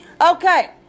Okay